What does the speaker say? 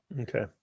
Okay